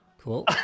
Cool